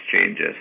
changes